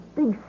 big